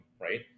right